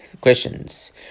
Questions